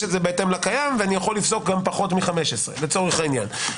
את זה בהתאם לקיים ויכול לפסוק גם פחות מ-15 לצורך העניין.